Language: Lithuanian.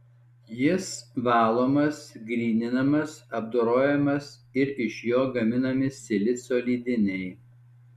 jis valomas gryninamas apdorojamas ir iš jo gaminami silicio lydiniai